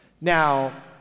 Now